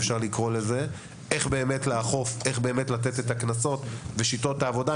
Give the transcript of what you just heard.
איך אפשר באמת לאכוף ולתת את הקנסות ושיטות העבודה.